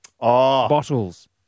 bottles